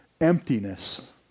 emptiness